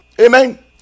Amen